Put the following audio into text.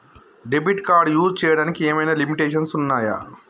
Debit card use చేయడానికి ఏమైనా limitations ఉన్నాయా?